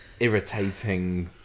Irritating